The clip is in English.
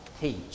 teach